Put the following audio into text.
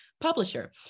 publisher